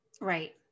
right